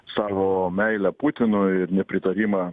savo meilę putinui ir nepritarimą